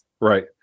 Right